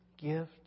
gift